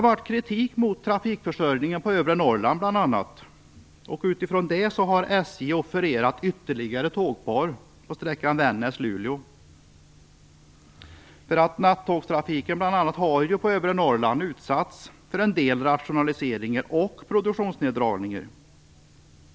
Nattågstrafiken på övre Norrland har ju utsatts för en del rationaliseringar och produktionsneddragningar.